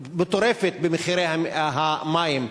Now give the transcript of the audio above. מטורפת, במחירי המים.